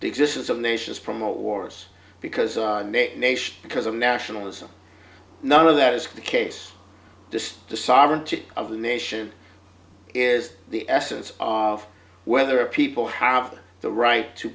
the existence of nations promote wars because nations because of nationalism none of that is the case despite the sovereignty of the nation is the essence of whether people have the right to